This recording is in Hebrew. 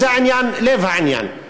וזה לב העניין,